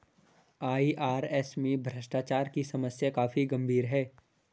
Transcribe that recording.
IRS में भ्रष्टाचार की समस्या काफी गंभीर है